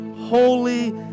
holy